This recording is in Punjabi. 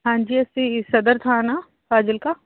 ਹਾਂਜੀ ਅਸੀਂ ਸਦਰ ਥਾਣਾ ਫਾਜ਼ਿਲਕਾ